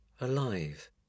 alive